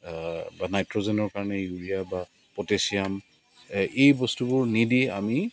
বা নাইট্ৰজেনৰ কাৰণে ইউৰিয়া বা প'টেছিয়াম এই বস্তুবোৰ নিদি আমি